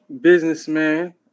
businessman